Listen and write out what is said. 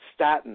statins